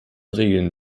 regeln